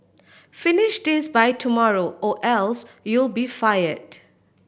finish this by tomorrow or else you'll be fired